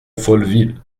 folleville